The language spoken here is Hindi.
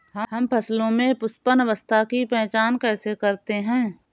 हम फसलों में पुष्पन अवस्था की पहचान कैसे करते हैं?